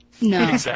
No